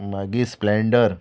मागीर स्प्लेंडर